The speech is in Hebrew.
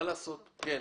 אנחנו